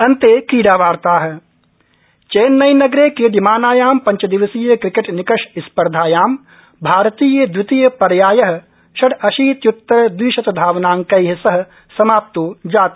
अन्ते च क्रीडा वार्ता चैन्नई नगरे क्रीड्यमानायां पञ्चदिवसीय क्रिकेट निकष स्पर्धायां भारतीय द्वितीय पर्याय षड् अशीत्युत्तर द्विशतधावनांकै सह समाप्तो जात